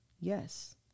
Yes